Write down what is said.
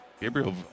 Gabriel